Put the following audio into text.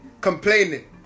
complaining